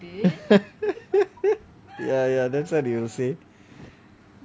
ya ya that's what he will say